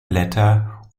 blätter